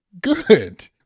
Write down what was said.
Good